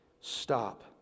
Stop